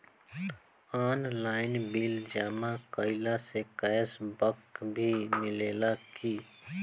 Online bill जमा कईला से कैश बक भी मिलेला की?